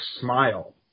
smile